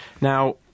now